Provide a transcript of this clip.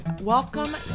Welcome